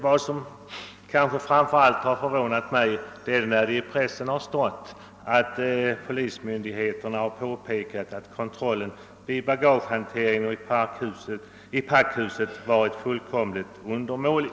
Vad som framför allt har förvånat mig är uppgifterna i pressen om att polismyndigheterna redan tidigare ansett att kontrollen vid bagagehanteringen och i packhuset varit helt undermålig.